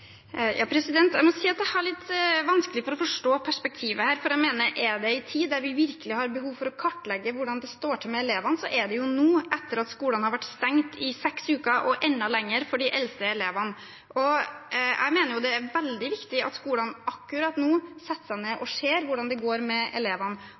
Jeg må si at jeg har litt vanskelig for å forstå perspektivet her. Er det en tid vi virkelig har behov for å kartlegge hvordan det står til med elevene, er det jo nå, etter at skolene har vært stengt i seks uker, og enda lenger for de eldste elevene. Jeg mener det er veldig viktig at skolene akkurat nå setter seg ned